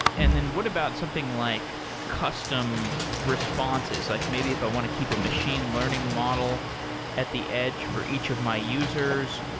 and then what about something like custom responses, like maybe if i want to keep a machine learning model at the edge for each of my users,